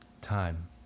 Time